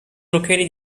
located